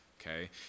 okay